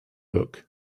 book